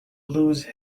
lose